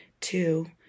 two